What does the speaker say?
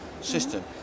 system